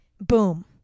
boom